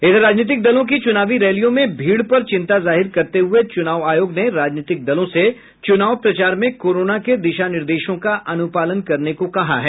इधर राजनीतिक दलों की चुनावी रैलियों में भीड़ पर चिंता जाहिर करते हुए चुनाव आयोग ने राजनीतिक दलों से चुनाव प्रचार में कोरोना के दिशा निर्देशों का अनुपालन करने को कहा है